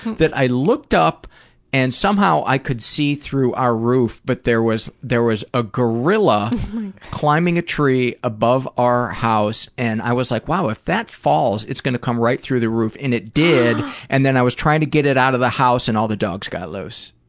that i looked up and somehow i could see through our roof, but there was there was a gorilla climbing a tree above our house and i was like, wow, if that falls it's gonna come right through the roof, and it did and then i was trying to get it out of the house and all the dogs got loose.